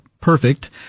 perfect